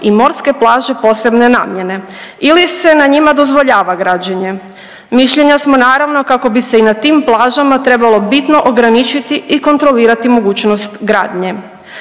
i morske plaže posebne namjene ili se na njima dozvoljava građenje. Mišljenja smo naravno kako bi se i na tim plažama trebalo bitno ograničiti i kontrolirati mogućnost gradnje.